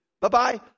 Bye-bye